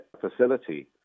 facility